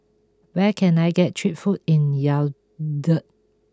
where can I get cheap food in Yaounde